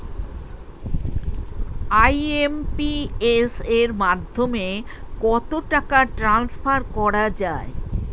IMPS এর মাধ্যমে কত টাকা ট্রান্সফার করা যায়?